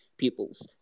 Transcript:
Pupils